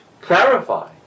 clarify